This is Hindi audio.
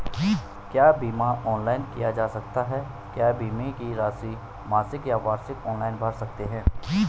क्या बीमा ऑनलाइन किया जा सकता है क्या बीमे की राशि मासिक या वार्षिक ऑनलाइन भर सकते हैं?